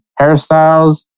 hairstyles